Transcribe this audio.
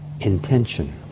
intention